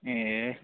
ए